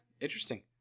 Interesting